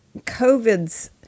covid's